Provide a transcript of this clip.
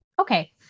Okay